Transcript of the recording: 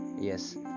Yes